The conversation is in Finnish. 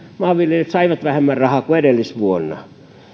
maanviljelijät saivat vähemmän rahaa kuin edellisvuonna